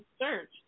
search